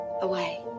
away